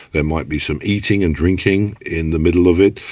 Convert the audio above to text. there might be some eating and drinking in the middle of it,